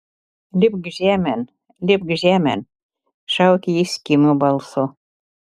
lipk žemėn lipk žemėn šaukė jis kimiu balsu